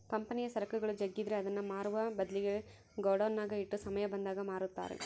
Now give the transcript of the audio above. ಕಂಪನಿಯ ಸರಕುಗಳು ಜಗ್ಗಿದ್ರೆ ಅದನ್ನ ಮಾರುವ ಬದ್ಲಿಗೆ ಗೋಡೌನ್ನಗ ಇಟ್ಟು ಸಮಯ ಬಂದಾಗ ಮಾರುತ್ತಾರೆ